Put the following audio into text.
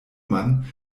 man